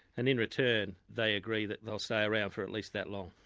and in return they agree that they'll stay around for at least that long.